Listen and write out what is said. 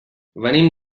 venim